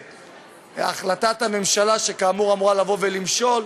והחלטת הממשלה, שאמורה לבוא ולמשול,